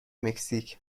مکزیک